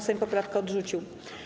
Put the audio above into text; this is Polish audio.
Sejm poprawkę odrzucił.